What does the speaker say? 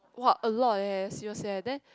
!wah! a lot leh seriously then